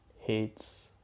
hates